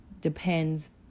depends